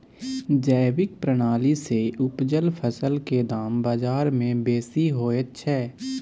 जैविक प्रणाली से उपजल फसल के दाम बाजार में बेसी होयत छै?